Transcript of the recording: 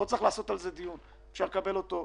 כרגע.